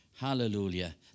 Hallelujah